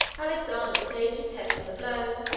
alexander saved his head from the blow,